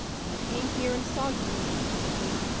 till i came here and saw you, miss constance,